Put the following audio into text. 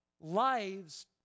lives